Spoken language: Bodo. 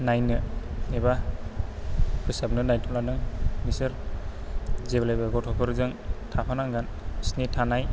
नायनो एबा फोसाबनो दायथ' लादों बिसोर जेब्लायबो गथ'फोरजों थाफानांगोन बिसिनि थानाय